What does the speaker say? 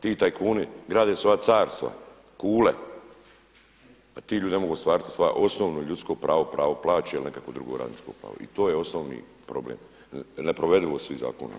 Ti tajkuni grade svoja carstva, kule, a ti ljudi ne mogu ostvariti svoje osnovno ljudsko pravo, pravo plaće ili nekakvo drugo radničko pravo, to je osnovni problem, neprovedivost svih zakona.